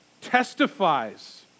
testifies